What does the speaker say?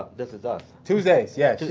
ah this is us tuesdays, yes.